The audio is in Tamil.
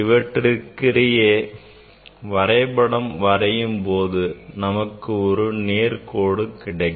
இவற்றிற்கு இடையே வரைபடம் வரையும்போது நமக்கு ஒரு நேர்கோடு கிடைக்கும்